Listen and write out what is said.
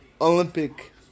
Olympic